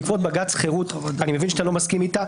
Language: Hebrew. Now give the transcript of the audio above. בעקבות בג"ץ חירות אני מבין שאתה לא מסכים איתה